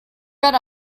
bet